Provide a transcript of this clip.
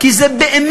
כי זה באמת